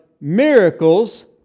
miracles